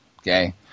Okay